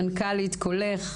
מנכ"לית "קולך",